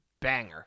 banger